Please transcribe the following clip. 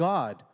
God